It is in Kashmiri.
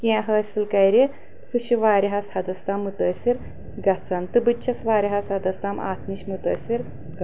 کینٛہہ حٲصِل کرِ سُہ چھُ واریہس حدس تام مُتٲثر گژھان تہٕ بہٕ تہِ چھس واریاہ واریہس حدس تام اتھ نِش مُتٲثر گٔمٕژ